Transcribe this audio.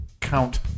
count-